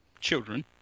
children